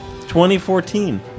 2014